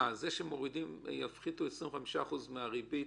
זה שיפחיתו 25% מהריבית?